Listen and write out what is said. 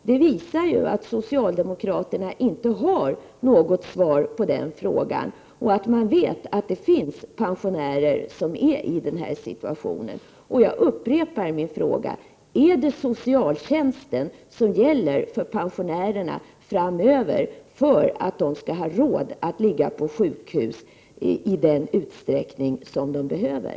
Detta visar att socialdemokraterna inte har något svar på denna fråga, och att man vet att det finns pensionärer som är i den här situationen. Jag upprepar min fråga: Är det socialtjänstsystemet som skall gälla för pensionärerna framöver för att de skall ha råd att ligga på sjukhus i den utsträckning som de behöver?